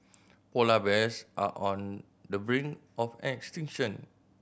polar bears are on the brink of extinction